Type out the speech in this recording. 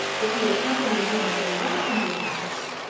if he accompanied him only once into a house,